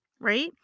right